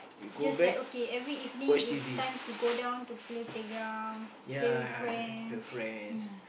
just like okay every evening it's time to go down to play playground play with friends ya